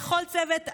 לכל צוות הוועדה.